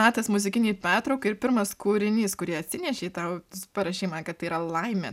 metas muzikinei pertraukai ir pirmas kūrinys kurį atsinešei tau parašei kad tai yra laimė